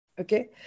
Okay